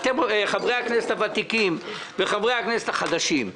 חברי הכנסת הוותיקים וחברי הכנסת החדשים,